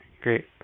great